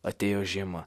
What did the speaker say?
atėjo žiema